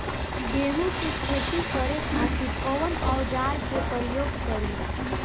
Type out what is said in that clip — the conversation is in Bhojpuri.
गेहूं के खेती करे खातिर कवन औजार के प्रयोग करी?